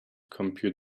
compute